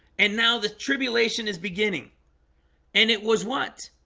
and now the tribulation is beginning and it was what?